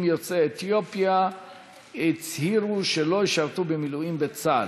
יוצאי אתיופיה הצהירו שלא ישרתו במילואים בצה"ל,